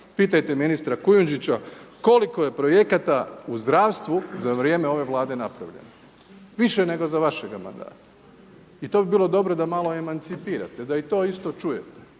pitajte ministra Kujundžića koliko je projekata u zdravstvu za vrijeme ove Vlade napravljeno. Više nego za vašega mandata. I to bi bilo dobro da malo emancipirate, da i to isto čujete,